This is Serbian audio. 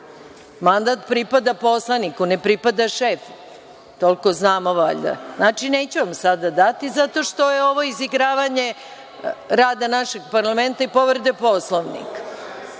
Mandat pripada poslaniku, ne pripada šefu, toliko znamo valjda. Znači, neću vam sada dati zato što je ovo izigravanje rada našeg parlamenta i povrede Poslovnika.